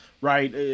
right